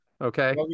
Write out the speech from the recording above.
Okay